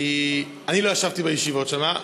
אני לא ישבתי בישיבות שם,